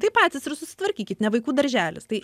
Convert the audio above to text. tai patys ir susitvarkykit ne vaikų darželis tai